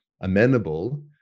amenable